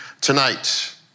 tonight